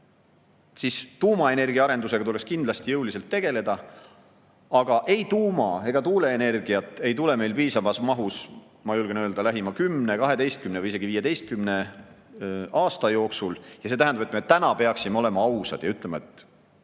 siis tuumaenergia arendusega tuleks kindlasti jõuliselt tegeleda. Aga ei tuuma‑ ega tuuleenergiat ei tule meil piisavas mahus, ma julgen öelda, lähima 10, 12 või isegi 15 aasta jooksul. See tähendab, et me peaksime täna olema ausad ja ütlema, et